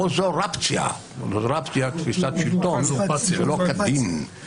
אוזורפציה תפיסת שלטון שלא כדין.